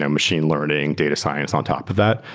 yeah machine learning, data science on top of that,